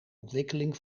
ontwikkeling